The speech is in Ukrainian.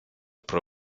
про